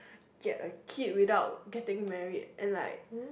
get a kid without getting married and like